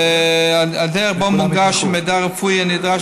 הדרך שבה מונגש המידע הרפואי הנדרש